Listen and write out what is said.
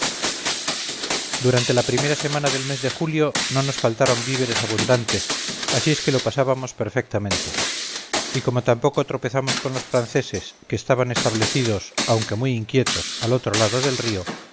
durante la primera semana del mes de julio no nos faltaron víveres abundantes así es que lo pasábamos perfectamente y como tampoco tropezamos con los franceses que estaban establecidos aunque muy inquietos al otro lado del río